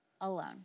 alone